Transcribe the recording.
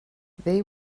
they